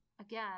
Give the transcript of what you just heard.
again